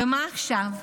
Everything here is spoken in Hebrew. ומה עכשיו?